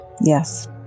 Yes